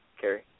Carrie